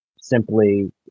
simply